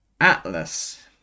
Atlas